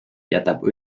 jätab